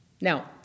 Now